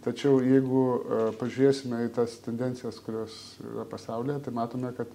tačiau jeigu pažiūrėsime į tas tendencijas kurios pasaulyje tai matome kad